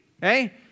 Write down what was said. Hey